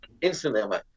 instantly